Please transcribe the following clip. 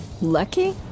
Lucky